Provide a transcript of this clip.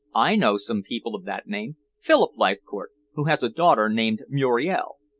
i know some people of that name philip leithcourt, who has a daughter named muriel.